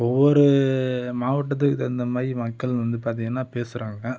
ஒவ்வொரு மாவட்டத்துக்கு தகுந்தமாதிரி மக்கள் வந்து பார்த்திங்கனா பேசுகிறாங்க